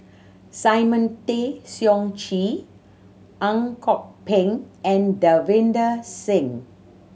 Simon Tay Seong Chee Ang Kok Peng and Davinder Singh